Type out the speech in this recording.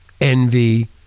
envy